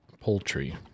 poultry